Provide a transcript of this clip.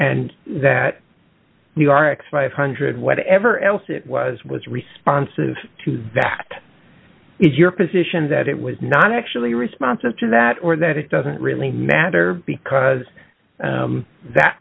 and that you are excited one hundred whatever else it was was responsive to that is your position that it was not actually responsive to that or that it doesn't really matter because that